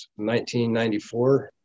1994